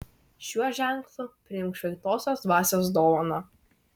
šiuo ženklu priimk šventosios dvasios dovaną